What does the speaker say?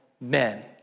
men